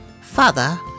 Father